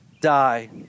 die